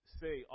say